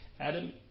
Adam